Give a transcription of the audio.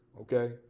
Okay